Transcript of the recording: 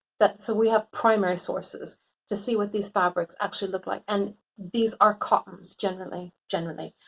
that so we have primary sources to see what these fabrics actually look like. and these are cottons generally, generally.